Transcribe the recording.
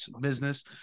business